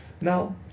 Now